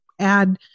add